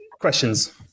questions